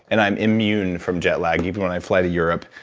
and i'm immune from jet lag, even when i fly to europe,